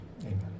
Amen